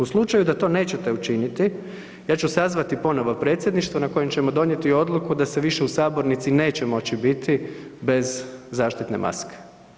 U slučaju da to nećete učiniti ja ću sazvati ponovo Predsjedništvo na kojem ćemo donijeti odluku da se više u sabornici neće moći biti bez zaštitne maske.